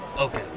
Okay